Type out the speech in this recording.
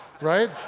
right